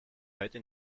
heute